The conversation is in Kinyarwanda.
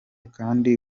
kandi